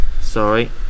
Sorry